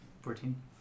Fourteen